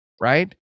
Right